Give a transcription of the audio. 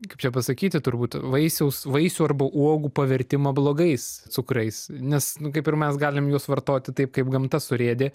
kaip čia pasakyti turbūt vaisiaus vaisių arba uogų pavertimą blogais cukrais nes nu kaip ir mes galim juos vartoti taip kaip gamta surėdė